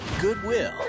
Goodwill